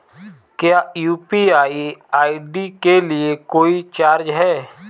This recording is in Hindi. क्या यू.पी.आई आई.डी के लिए कोई चार्ज है?